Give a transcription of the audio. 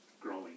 growing